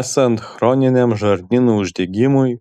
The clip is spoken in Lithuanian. esant chroniniam žarnyno uždegimui